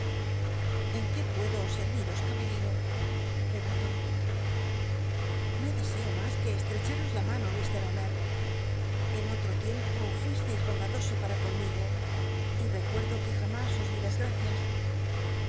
en qué puedo sci'ví i no deseo mas que estrecharos la mano ifr omer en otro tiempo fuisteis bondadoso para conmigo y rccuc do que jam is os di las gracias